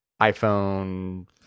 iPhone